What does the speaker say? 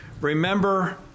remember